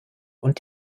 und